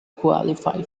qualify